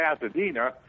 Pasadena